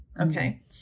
Okay